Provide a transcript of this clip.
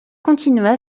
continua